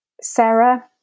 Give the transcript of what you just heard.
Sarah